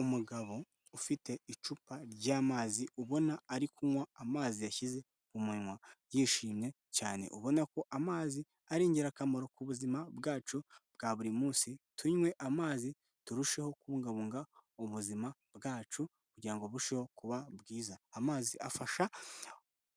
Umugabo ufite icupa ryamazi ubona ari kunywa amazi, yashyize kumunwa yishimye cyane. Ubona ko amazi ari ingirakamaro ku buzima bwacu bwa buri munsi, tunywe amazi turusheho kubungabunga ubuzima bwacu kugirango burusheho kuba bwiza. Amazi